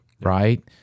right